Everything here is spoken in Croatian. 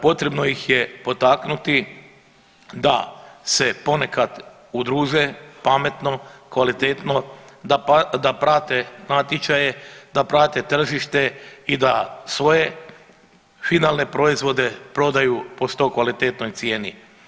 Potrebno ih je potaknuti da se ponekad udruže pametno, kvalitetno, da prate natječaje, da prate tržište i da svoje finalne proizvode prodaju po što kvalitetnoj cijeni.